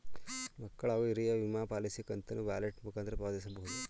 ಮಕ್ಕಳ ಹಾಗೂ ಹಿರಿಯರ ವಿಮಾ ಪಾಲಿಸಿ ಕಂತನ್ನು ವ್ಯಾಲೆಟ್ ಮುಖಾಂತರ ಪಾವತಿಸಬಹುದೇ?